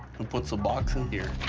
and put suboxone here.